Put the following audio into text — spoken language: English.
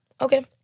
Okay